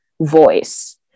voice